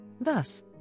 Thus